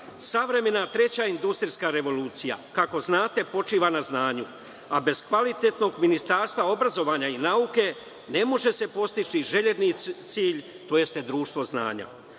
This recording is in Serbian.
treća industrijska revolucija, kako znate, počiva na znanju, a bez kvalitetnog ministarstva obrazovanja i nauke, ne može se postići željeni cilj, to jeste društvo znanja.